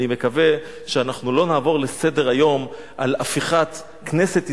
אני מקווה שאנחנו לא נעבור לסדר-היום על הפיכת כנסת ישראל,